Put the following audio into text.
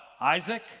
Isaac